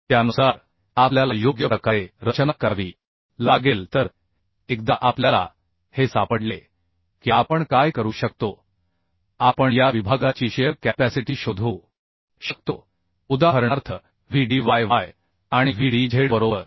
त्यानुसार आपल्याला योग्य प्रकारे रचना करावी लागेल तर एकदा आपल्याला हे सापडले की आपण काय करू शकतो आपण या विभागाची शिअर कॅपॅसिटी शोधू शकतो उदाहरणार्थ Vdy वाय आणि Vdzबरोबर